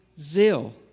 zeal